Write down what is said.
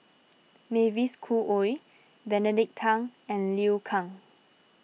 Mavis Khoo Oei Benedict Tan and Liu Kang